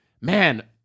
Man